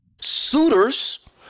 suitors